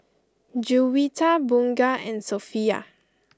Juwita Bunga and Sofea